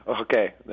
Okay